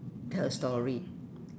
tell a story